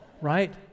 Right